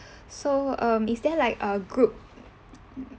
so um is there like a group